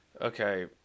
Okay